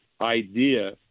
idea—